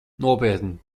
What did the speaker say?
nopietni